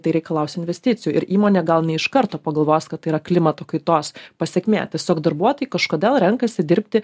tai reikalaus investicijų ir įmonė gal ne iš karto pagalvos kad tai yra klimato kaitos pasekmė tiesiog darbuotojai kažkodėl renkasi dirbti